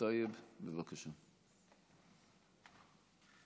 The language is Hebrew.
ובכללם העולים